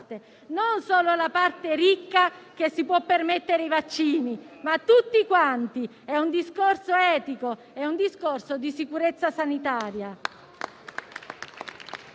non solo la parte ricca che si può permettere i vaccini, ma tutti quanti; è un discorso etico, un discorso di sicurezza sanitaria.